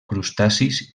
crustacis